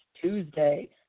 Tuesday